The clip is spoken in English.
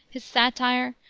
his satire,